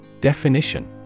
Definition